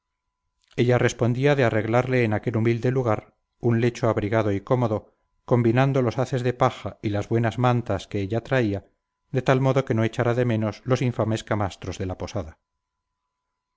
ella respondía de arreglarle en aquel humilde lugar un lecho abrigado y cómodo combinando los haces de paja y las buenas mantas que ella traía de tal modo que no echara de menos los infames camastros de la posada